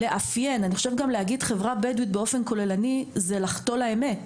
אני חושבת שלהגדיר את החברה הבדואית באופן כוללני זה חוטא לאמת,